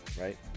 right